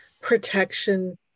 protection